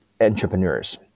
entrepreneurs